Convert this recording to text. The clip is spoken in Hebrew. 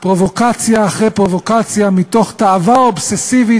פרובוקציה אחרי פרובוקציה מתוך תאווה אובססיבית